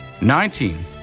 Nineteen